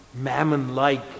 mammon-like